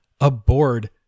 aboard